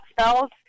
spells